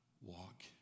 Walk